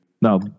no